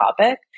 topic